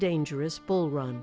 dangerous bull run